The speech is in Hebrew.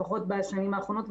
לפחות בשנים האחרונות,